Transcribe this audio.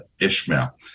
Ishmael